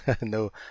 No